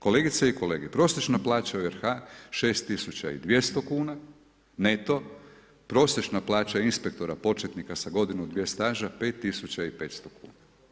Kolegice i kolege prosječna plaća u RH 6200 kn neto, prosječna plaća inspektora, početnika sa godinu, dvije staža 5500 kn.